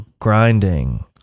grinding